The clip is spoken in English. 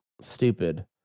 Stupid